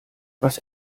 was